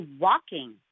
walking